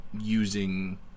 using